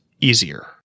easier